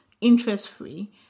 interest-free